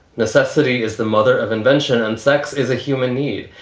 necessity is the mother of invention, and sex is a human need.